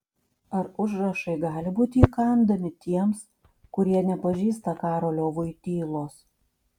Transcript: ar užrašai gali būti įkandami tiems kurie nepažįsta karolio voitylos